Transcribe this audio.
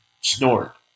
snort